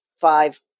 five